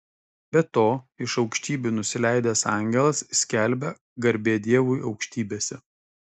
be to iš aukštybių nusileidęs angelas skelbia garbė dievui aukštybėse